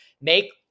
make